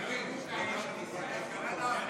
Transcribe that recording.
רק שלא יאשימו אותנו בתאונה.